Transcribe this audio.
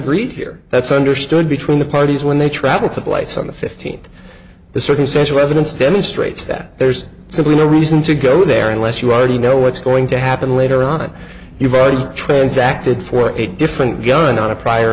agreed here that's understood between the parties when they travel to place on the fifteenth the circumstantial evidence demonstrates that there's simply no reason to go there unless you already know what's going to happen later on you've already transacted for a different gun on a prior